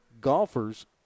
golfers